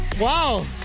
Wow